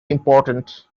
important